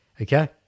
Okay